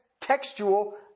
textual